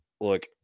look